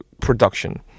production